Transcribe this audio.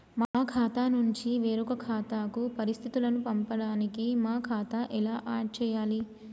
మా ఖాతా నుంచి వేరొక ఖాతాకు పరిస్థితులను పంపడానికి మా ఖాతా ఎలా ఆడ్ చేయాలి?